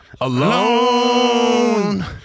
Alone